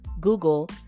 Google